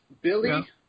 Billy